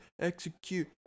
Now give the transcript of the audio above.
execute